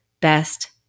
best